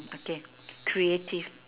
okay creative